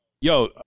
yo